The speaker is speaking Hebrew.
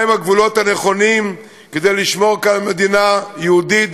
מה הם הגבולות הנכונים כדי לשמור כאן על מדינה יהודית,